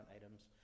items